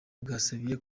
bwasabiye